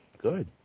Good